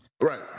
Right